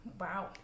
Wow